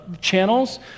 channels